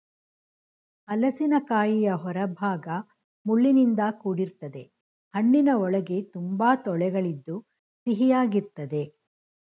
ಹಲಸಿನಕಾಯಿಯ ಹೊರಭಾಗ ಮುಳ್ಳಿನಿಂದ ಕೂಡಿರ್ತದೆ ಹಣ್ಣಿನ ಒಳಗೆ ತುಂಬಾ ತೊಳೆಗಳಿದ್ದು ಸಿಹಿಯಾಗಿರ್ತದೆ